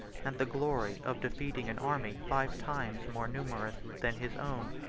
and the glory of defeating an army five times more numerous than his own.